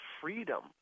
freedom